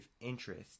interest